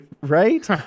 Right